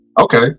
Okay